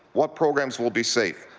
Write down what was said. what programs will be safe?